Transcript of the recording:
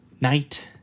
night